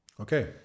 Okay